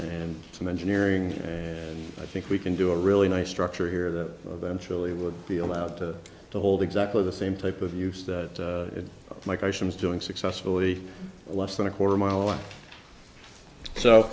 and some engineering and i think we can do a really nice structure here that eventually would be allowed to to hold exactly the same type of use that migration is doing successfully less than a quarter mile away so